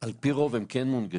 על פי רוב הם כן מונגשים.